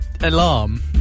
alarm